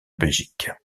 belgique